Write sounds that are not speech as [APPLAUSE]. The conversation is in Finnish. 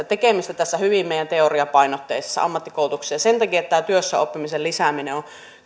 [UNINTELLIGIBLE] tekemistä tässä meidän hyvin teoriapainotteisessa ammattikoulutuksessa sen takia työssäoppimisen lisääminen on